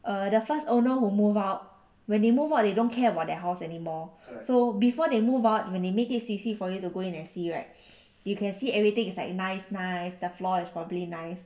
err the first owner who move out they move out they don't care about their house anymore so before they move out when they make it swee swee for you to go in and see right you can see everything is like a nice nice the floor is probably nice